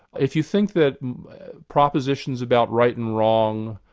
if you think that propositions about right and wrong,